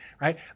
right